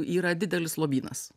yra didelis lobynas